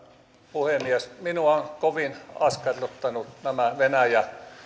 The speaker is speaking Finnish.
puhemies minua ovat kovin askarruttaneet nämä venäjä